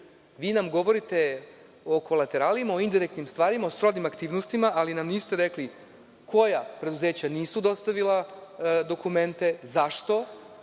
Vi nam govorite o kolateralima, o indirektnim stvarima, o srodnim aktivnostima, ali nam niste rekli koja preduzeća nisu dostavila dokumenta, zašto,